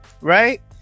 right